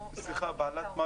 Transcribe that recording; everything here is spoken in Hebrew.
בעלת חברה